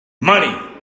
money